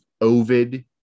Ovid